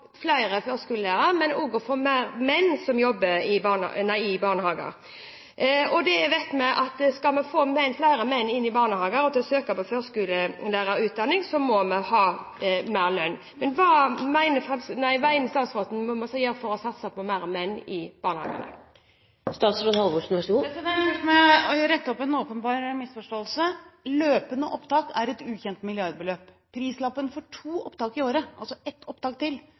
flere førskolelærere, men også for å få flere menn til å jobbe i barnehager. Vi vet at skal vi få flere menn inn i barnehagene og til å søke på førskolelærerutdanning, må de ha mer lønn. Hva mener statsråden en må gjøre for å satse på flere menn i barnehagen? Først må jeg rette opp en åpenbar misforståelse: Løpende opptak koster et ukjent milliardbeløp. Prislappen for to opptak i året, altså et opptak til,